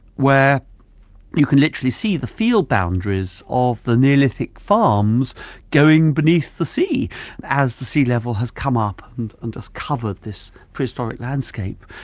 where you can actually see the field boundaries of the neolithic farms going beneath the sea as the sea level has come up and and just covered this prehistoric landscape,